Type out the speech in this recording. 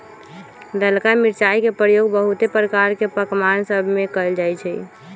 ललका मिरचाई के प्रयोग बहुते प्रकार के पकमान सभमें कएल जाइ छइ